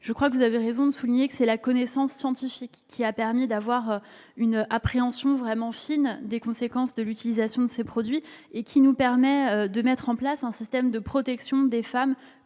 du débat. Vous avez raison de le souligner, c'est la connaissance scientifique qui nous a permis de disposer d'une appréhension vraiment fine des conséquences de l'utilisation de ces produits et de mettre en place un système de protection des femmes